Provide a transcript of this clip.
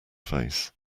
face